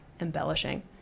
embellishing